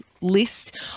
list